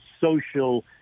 social